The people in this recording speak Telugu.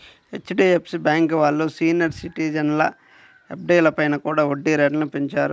హెచ్.డి.ఎఫ్.సి బ్యేంకు వాళ్ళు సీనియర్ సిటిజన్ల ఎఫ్డీలపై కూడా వడ్డీ రేట్లను పెంచారు